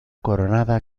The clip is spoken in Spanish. coronada